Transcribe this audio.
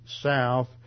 south